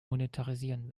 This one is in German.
monetarisieren